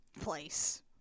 place